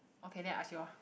okay then I ask you orh